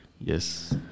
yes